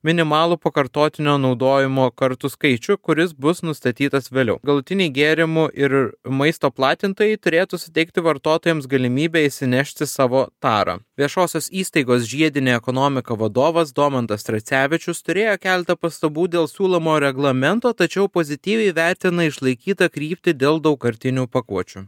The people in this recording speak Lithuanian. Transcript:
minimalų pakartotinio naudojimo kartų skaičių kuris bus nustatytas vėliau galutiniai gėrimų ir maisto platintojai turėtų suteikti vartotojams galimybę įsinešti savo tarą viešosios įstaigos žiedinė ekonomika vadovas domantas tracevičius turėjo keletą pastabų dėl siūlomo reglamento tačiau pozityviai vertina išlaikytą kryptį dėl daugkartinių pakuočių